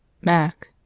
Mac